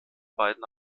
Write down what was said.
beiden